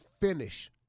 finish